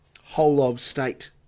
whole-of-state